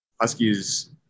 Huskies